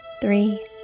three